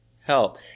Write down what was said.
help